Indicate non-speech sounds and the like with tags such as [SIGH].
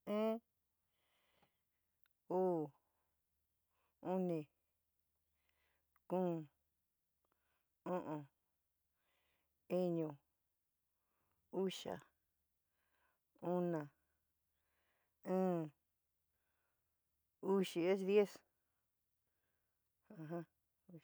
Ín, uú, uni, kuún, ú'ún, iñu, uxa, una, iɨn, uxi es diez. [HESITATION]